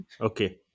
Okay